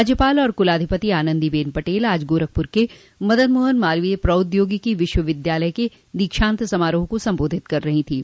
राज्यपाल और कुलाधिपति आनंदी बेन पटेल आज गोरखपुर के मदन मोहन मालवीय प्रौद्योगिकी विश्वविद्यालय के दीक्षांत समारोह को सम्बोधित कर रहीं थीं